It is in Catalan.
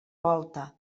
volta